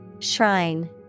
Shrine